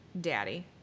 daddy